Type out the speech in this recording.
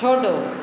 छोड़ो